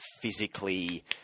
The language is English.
physically